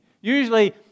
Usually